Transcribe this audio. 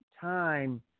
time